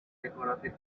decorative